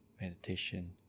Meditation